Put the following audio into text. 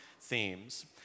themes